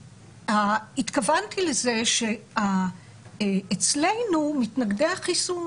התכוונתי לזה שאצלנו מתנגדי החיסון